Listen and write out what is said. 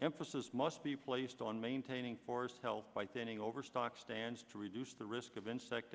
emphasis must be placed on maintaining forests helped by painting over stock stands to reduce the risk of insect